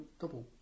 double